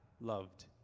loved